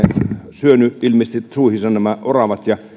syönyt ilmeisesti suihinsa nämä oravat ja